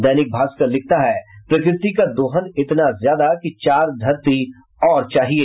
दैनिक भास्कर लिखता है प्रकृति का दोहन इतना ज्यादा की चार धरती और चाहिए